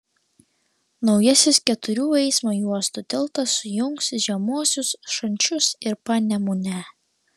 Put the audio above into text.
naujasis keturių eismo juostų tiltas sujungs žemuosius šančius ir panemunę